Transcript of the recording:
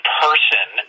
person